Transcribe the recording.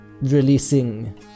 releasing